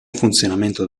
funzionamento